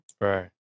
Right